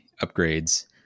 upgrades